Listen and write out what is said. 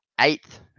eighth